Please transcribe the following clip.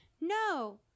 no